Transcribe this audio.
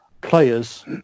players